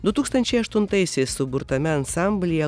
du tūkstančiai aštuntaisiais suburtame ansamblyje